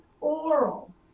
oral